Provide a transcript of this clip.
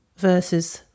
Versus